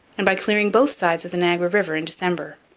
and by clearing both sides of the niagara river in december.